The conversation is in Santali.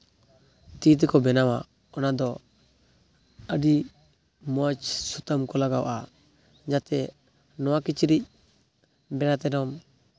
ᱛᱤ ᱛᱮᱠᱚ ᱵᱮᱱᱟᱣᱟ ᱚᱱᱟᱫᱚ ᱟᱹᱰᱤ ᱢᱚᱡᱽ ᱥᱩᱛᱟᱹᱢ ᱠᱚ ᱞᱟᱜᱟᱣᱟ ᱡᱟᱛᱮ ᱱᱚᱣᱟ ᱠᱤᱪᱨᱤᱪ ᱵᱮᱱᱟᱣ ᱛᱟᱭᱱᱚᱢ